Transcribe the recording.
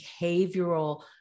behavioral